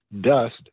dust